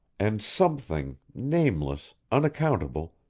and something, nameless, unaccountable,